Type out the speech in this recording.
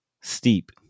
steep